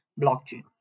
blockchain